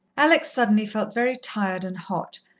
alex suddenly felt very tired and hot,